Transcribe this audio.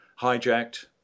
hijacked